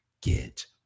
get